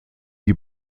die